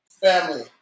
Family